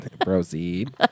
Proceed